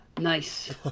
Nice